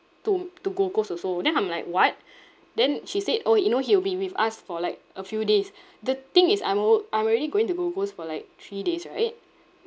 to to gold coast also then I'm like what then she said orh you know he will be with us for like a few days the thing is I'm al~ I'm already going to gold coast for like three days right